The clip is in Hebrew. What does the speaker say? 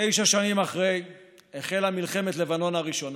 תשע שנים אחרי כן החלה מלחמת לבנון הראשונה.